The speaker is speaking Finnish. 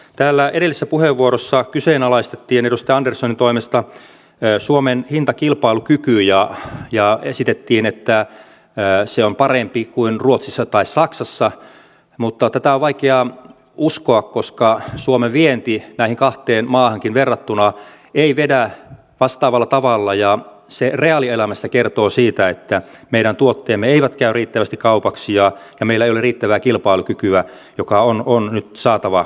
täällä edellisessä puheenvuorossa kyseenalaistettiin edustaja anderssonin toimesta suomen hintakilpailukyky ja esitettiin että se on parempi kuin ruotsissa tai saksassa mutta tätä on vaikea uskoa koska suomen vienti näihin kahteen maahankin verrattuna ei vedä vastaavalla tavalla ja se reaalielämässä kertoo siitä että meidän tuotteemme eivät käy riittävästi kaupaksi ja meillä ei ole riittävää kilpailukykyä joka on nyt saatava kuntoon